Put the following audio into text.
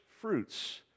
fruits